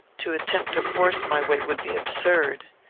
to attempt to force my way would be absurd.